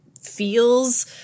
feels